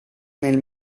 nel